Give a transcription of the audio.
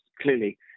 clearly